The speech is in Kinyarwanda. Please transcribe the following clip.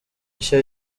nshya